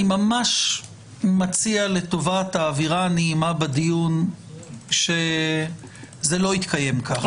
ממש מציע לטובת האווירה הנעימה בדיון שזה לא יתקיים כך.